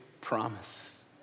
promises